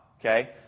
okay